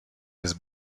his